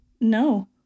No